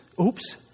oops